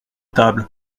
table